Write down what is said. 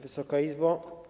Wysoka Izbo!